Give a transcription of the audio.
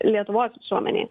lietuvos visuomenei